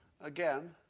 again